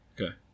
Okay